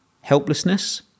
helplessness